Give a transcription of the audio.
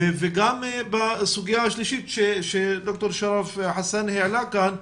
וגם בסוגיה השלישית שד"ר שרף חסאן העלה כאן,